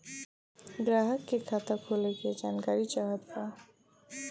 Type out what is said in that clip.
ग्राहक के खाता खोले के जानकारी चाहत बा?